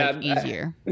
easier